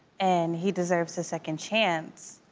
and he deserves a second chance.